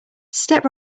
step